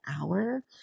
hour